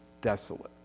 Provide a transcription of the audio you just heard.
desolate